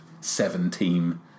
seven-team